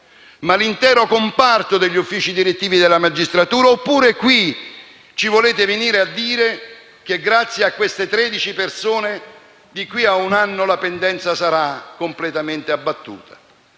ma l'intero comparto degli uffici direttivi della magistratura. Oppure volete venirci a dire che, grazie a queste 13 persone, di qui a un anno la pendenza sarà completamente abbattuta?